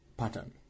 pattern